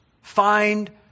find